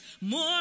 More